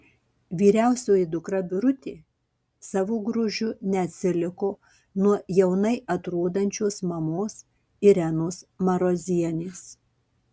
vyriausioji dukra birutė savo grožiu neatsiliko nuo jaunai atrodančios mamos irenos marozienės